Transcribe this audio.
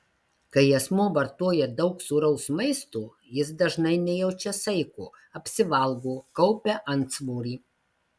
kai asmuo vartoja daug sūraus maisto jis dažnai nejaučia saiko apsivalgo kaupia antsvorį